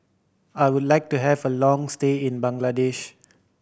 I would like to have a long stay in Bangladesh